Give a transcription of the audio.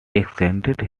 extended